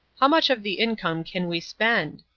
how much of the income can we spend?